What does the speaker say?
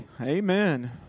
Amen